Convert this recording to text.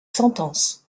sentences